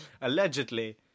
Allegedly